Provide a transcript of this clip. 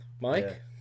Mike